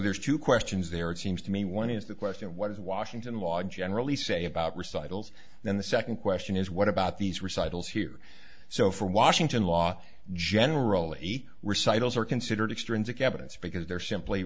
there's two questions there it seems to me one is the question of what is washington law generally say about recitals then the second question is what about these recitals here so for washington law generally recitals are considered extrinsic evidence because they're simply